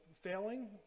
Failing